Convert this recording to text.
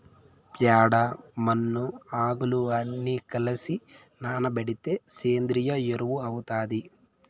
ప్యాడ, మన్ను, ఆకులు అన్ని కలసి నానబెడితే సేంద్రియ ఎరువు అవుతాది